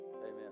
Amen